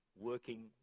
working